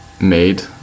made